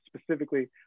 specifically